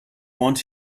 want